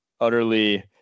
utterly